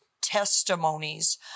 testimonies